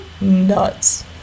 nuts